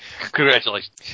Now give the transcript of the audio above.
Congratulations